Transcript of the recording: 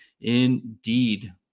indeed